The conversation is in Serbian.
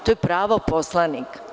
To je pravo poslanika.